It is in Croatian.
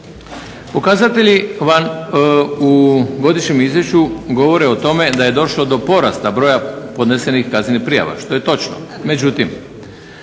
Pokazatelji vam u godišnjem izvješću govore o tome da je došlo do porasta broja podnesenih kaznenih prijava, međutim,